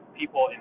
people